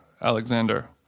alexander